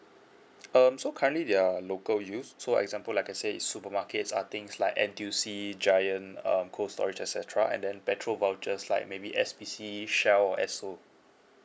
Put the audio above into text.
um so currently there are local use so example like say supermarkets uh things like N_T_U_C giant um cold storage et cetera and then petrol vouchers like maybe S_P_C Shell or Esso